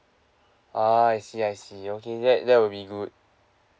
ah I see I see okay that that will be good